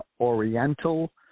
Oriental